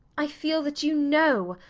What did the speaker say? i feel that you know.